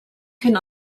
can